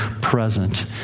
present